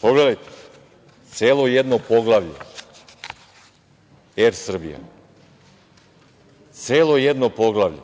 pogledajte, celo jedno poglavlje „Er Srbija“, celo jedno poglavlje.